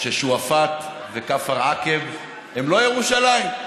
ששועפאט וכפר עקב הם לא ירושלים,